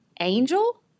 Angel